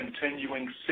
continuing